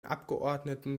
abgeordneten